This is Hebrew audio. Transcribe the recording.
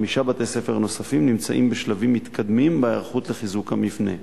חמישה בתי-ספר נוספים נמצאים בשלבים מתקדמים בהיערכות לחיזוק המבנה.